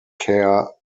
kerr